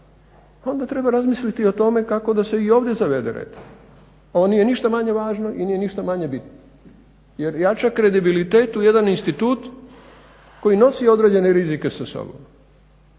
onda treba razmisliti o tome kako da se i ovdje zavede reda. Ovo nije ništa manje važno i nije ništa manje bitno jer jača kredibilitet u jedan institut koji nosi određene rizike sa sobom.